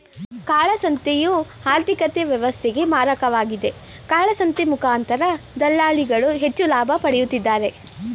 ಕಾಳಸಂತೆಯು ಆರ್ಥಿಕತೆ ವ್ಯವಸ್ಥೆಗೆ ಮಾರಕವಾಗಿದೆ, ಕಾಳಸಂತೆ ಮುಖಾಂತರ ದಳ್ಳಾಳಿಗಳು ಹೆಚ್ಚು ಲಾಭ ಪಡೆಯುತ್ತಿದ್ದಾರೆ